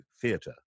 theatre